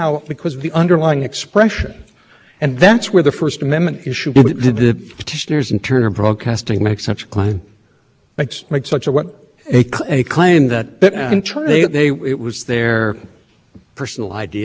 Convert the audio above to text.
editorial control over the content on their networks there would be no need for open internet rules that broadband providers were not speakers because there wouldn't be any discrimination there wouldn't be any prioritization you would need a reasonable network management exception to the rules if broadband providers had